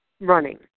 running